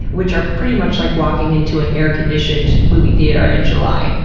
which are pretty much like walking into an air-conditioned movie theater in july,